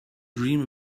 dream